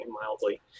mildly